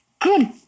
Good